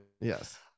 Yes